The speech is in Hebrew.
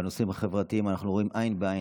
בנושאים החברתיים אנחנו רואים עין בעין,